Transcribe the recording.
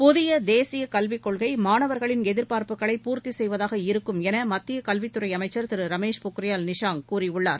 புதிய தேசிய கல்வி கொள்கை மாணவர்களின் எதிர்பார்ப்புகளை பூர்த்தி செய்வதாக இருக்கும் என மத்திய கல்வித் துறை அமைச்சள் திரு ரமேஷ் பொகியால் நிஷாங் கூறியுள்ளார்